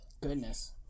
Goodness